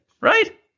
right